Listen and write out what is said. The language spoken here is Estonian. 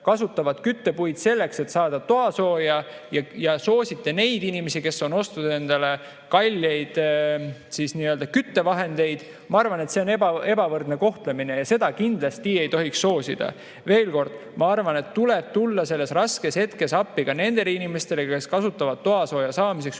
kasutavad küttepuid selleks, et saada toasooja, ja soosite neid inimesi, kes on ostnud endale kalleid nii-öelda küttevahendeid? Ma arvan, et see on ebavõrdne kohtlemine ja seda kindlasti ei tohiks soosida. Veel kord, ma arvan, et tuleb tulla appi selles raskes hetkes ka nendele inimestele, kes kasutavad toasooja saamiseks küttepuid.